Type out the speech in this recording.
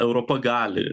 europa gali